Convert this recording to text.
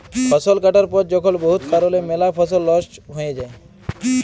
ফসল কাটার পর যখল বহুত কারলে ম্যালা ফসল লস্ট হঁয়ে যায়